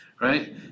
right